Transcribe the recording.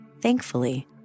Thankfully